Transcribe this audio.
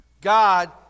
God